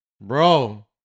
Bro